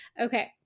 Okay